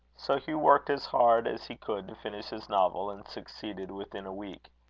so hugh worked as hard as he could to finish his novel, and succeeded within a week.